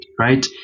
right